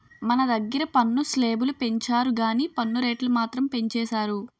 మన దగ్గిర పన్ను స్లేబులు పెంచరు గానీ పన్ను రేట్లు మాత్రం పెంచేసారు